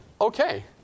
okay